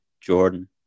Jordan